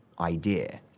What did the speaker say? idea